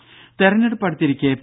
രുമ തെരഞ്ഞെടുപ്പ് അടുത്തിരിക്കെ പി